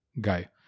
guy